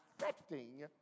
affecting